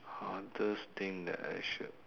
hardest thing that I should